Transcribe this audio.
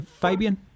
Fabian